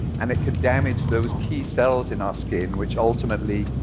and it can damage those key cells in our skin which ultimately,